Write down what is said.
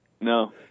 No